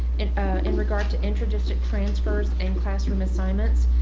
in ah in regard to intradistrict transfers and classroom assignments.